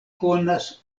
konas